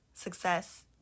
success